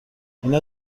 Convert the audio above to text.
اینا